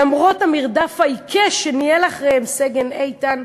למרות המרדף העיקש שניהל אחריהם סגן איתן,